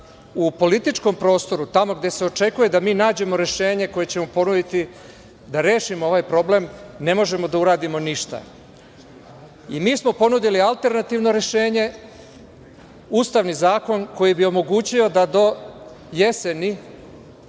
u političkom prostoru, tamo gde se očekuje da mi nađemo rešenje koje ćemo ponuditi da rešimo ovaj problem, ne možemo da uradimo ništa. Mi smo ponudili alternativno rešenje - Ustavni zakon, koji bi omogućio da do jeseni